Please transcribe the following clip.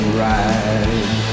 ride